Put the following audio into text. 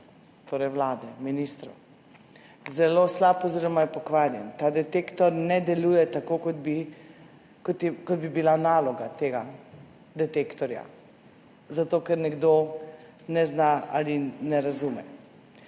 torej vlade, ministrov. Zelo slab oziroma je pokvarjen. Ta detektor ne deluje tako, kot bi kot bi bila naloga tega detektorja. Zato, ker nekdo ne zna ali ne razume.